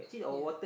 yes